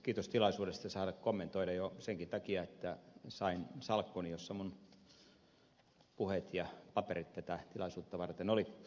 kiitos tilaisuudesta saada kommentoida jo senkin takia että sain salkkuni jossa minun puheeni ja paperini tätä tilaisuutta varten olivat